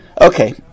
Okay